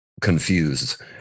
confused